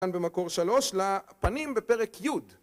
כאן במקור שלוש, לפנים בפרק י'